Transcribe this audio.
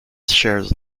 shares